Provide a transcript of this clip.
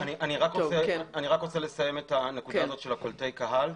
אני אסיים את הנקודה של קולטי הקהל.